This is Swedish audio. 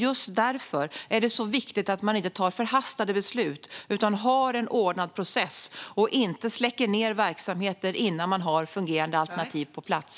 Just därför är det viktigt att man inte tar förhastade beslut utan har en ordnad process och inte släcker ned verksamheter innan man har fungerande alternativ på plats.